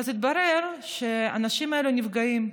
ואז התברר שהאנשים האלה נפגעים,